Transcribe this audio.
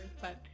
but-